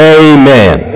amen